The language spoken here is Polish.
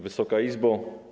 Wysoka Izbo!